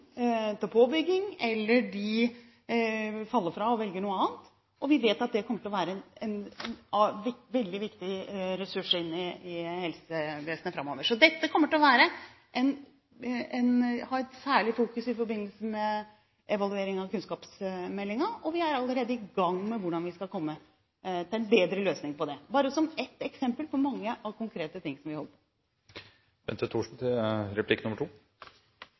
til påbygging, eller de faller fra og velger noe annet. Vi vet at de ville vært en veldig viktig ressurs i helsevesenet framover. Så dette kommer til å ha et særlig fokus i forbindelse med evaluering av kunnskapsmeldingen, og vi er allerede i gang med hvordan vi skal få til en bedre løsning på det – dette bare som ett eksempel på mange konkrete ting som vi